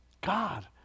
God